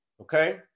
okay